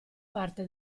parte